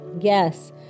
Yes